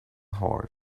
horse